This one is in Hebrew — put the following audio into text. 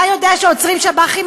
אתה יודע שעוצרים שב"חים,